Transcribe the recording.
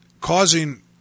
causing